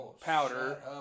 powder